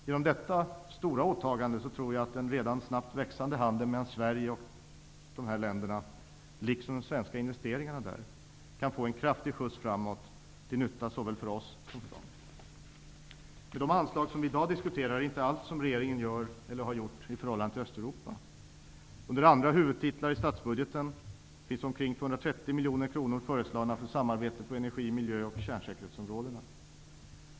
Genom detta stora åtagande tror jag att den redan snabbt växande handeln mellan Sverige och dessa länder, liksom de svenska investeringarna där, kan få en kraftig skjuts framåt till nytta såväl för oss som för dem. Men de anslag som vi i dag diskuterar är inte allt som regeringen gör eller har gjort i förhållande till Under andra huvudtitlar i statsbudgeten finns omkring 230 miljoner kronor föreslagna för samarbete på energi-, miljö och kärnsäkerhetsområdena.